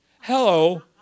hello